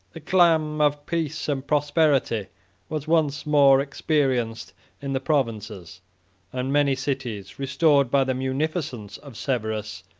the calm of peace and prosperity was once more experienced in the provinces and many cities, restored by the munificence of severus,